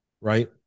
Right